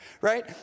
right